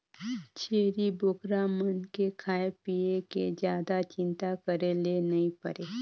छेरी बोकरा मन के खाए पिए के जादा चिंता करे ले नइ परे